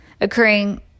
occurring